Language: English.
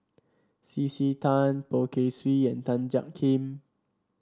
C C Tan Poh Kay Swee and Tan Jiak Kim